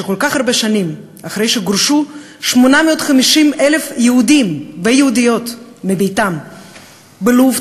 כל כך הרבה שנים אחרי שגורשו 850,000 יהודים ויהודיות מביתם בלוב,